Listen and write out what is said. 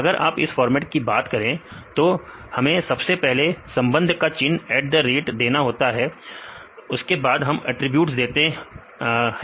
अगर आप इस फॉर्मेट की बात करें तो हमें सबसे पहले संबंध का चिन्ह देना होता है उसके बाद हमें अटरीब्यूट्स देने होते हैं